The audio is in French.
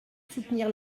soutenir